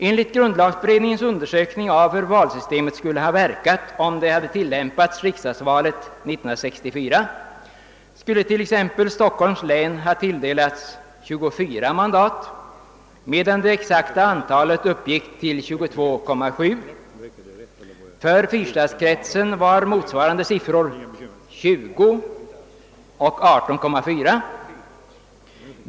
Enligt grundlagberedningens undersökning av hur valsystemet skulle ha verkat om det tillämpats vid riksdagsvalet 1964 skulle t.ex. Stockholms län ha tilldelats 24 mandat, medan det exakta antalet uppgick till 22,7. För fyrstadskretsen var motsvarande siffror 20 respektive 18,4.